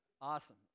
Awesome